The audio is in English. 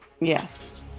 Yes